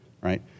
right